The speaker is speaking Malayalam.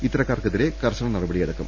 ഇത്തരക്കാർക്കെതിരെ കർശന നടപടിയെടുക്കും